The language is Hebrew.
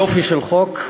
יופי של חוק.